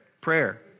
Prayer